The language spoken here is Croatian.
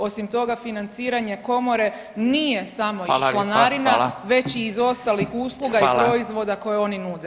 Osim toga financiranje komore nije samo iz članarina već i iz ostalih usluga i proizvoda koje oni nude.